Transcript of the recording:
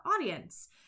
audience